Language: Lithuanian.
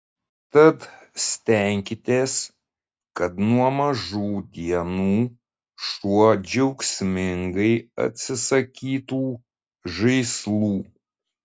tad stenkitės kad nuo mažų dienų šuo džiaugsmingai atsisakytų žaislų